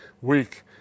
week